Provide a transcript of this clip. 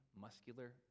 muscular